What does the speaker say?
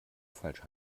falsch